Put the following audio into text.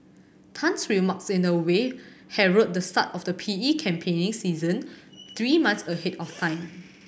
Tan's remarks in a way herald the start of the P E campaigning season three months ahead of time